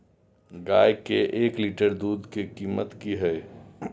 गाय के एक लीटर दूध के कीमत की हय?